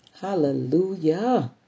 Hallelujah